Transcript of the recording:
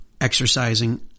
exercising